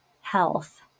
health